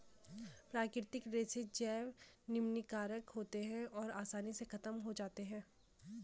प्राकृतिक रेशे जैव निम्नीकारक होते हैं और आसानी से ख़त्म हो जाते हैं